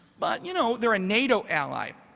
but you know they're a nato ally.